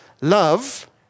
Love